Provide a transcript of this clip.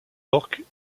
orques